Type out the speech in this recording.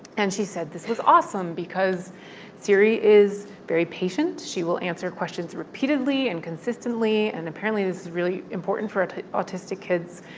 and she said this was awesome because siri is very patient. she will answer questions repeatedly and consistently. and apparently, this is really important for autistic kids.